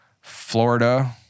Florida